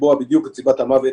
ולקבוע בדיוק את סיבת המוות